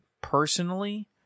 personally